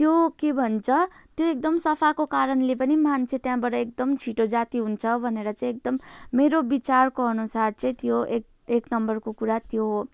त्यो के भन्छ त्यो एकदम सफाको कारणले पनि मान्छे त्यहाँबाट एकदम छिटो जाती हुन्छ भनेर चाहिँ एकदम मेरो विचारको अनुसार चाहिँ त्यो एक एक नम्बरको कुरा त्यो हो